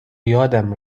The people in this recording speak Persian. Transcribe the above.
یادم